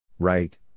Right